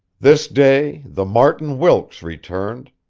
this day the martin wilkes returned.